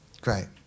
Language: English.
Great